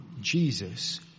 Jesus